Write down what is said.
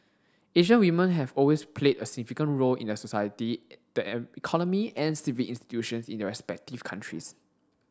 Asian women have always played a significant role in society the economy and civic institutions in their respective countries